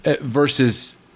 versus